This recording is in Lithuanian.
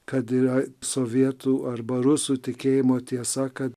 kad yra sovietų arba rusų tikėjimo tiesa kad